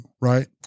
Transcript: right